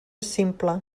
simple